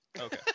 Okay